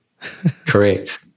Correct